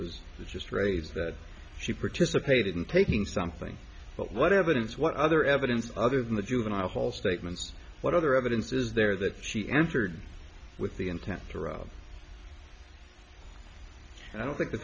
was just raised that she participated in taking something but what evidence what other evidence other than the juvenile hall statements what other evidence is there that she entered with the intent to rob and i don't think the